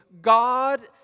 God